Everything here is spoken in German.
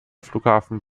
flughafen